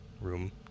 room